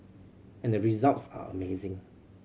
and the results are amazing